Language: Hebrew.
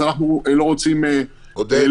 אז אנחנו לא רוצים לפגר,